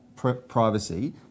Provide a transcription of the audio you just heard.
Privacy